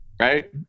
right